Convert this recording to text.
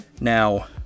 now